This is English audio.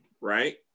right